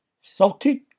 Salted